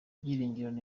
byiringiro